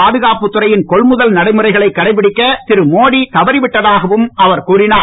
பாதுகாப்புத் துறையின் கொள்முதல் நடைமுறைகளை கடைபிடிக்க திரு மோடி தவறிவிட்டதாகவும் அவர் கூறினார்